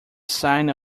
sine